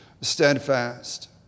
steadfast